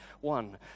One